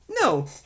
No